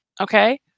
Okay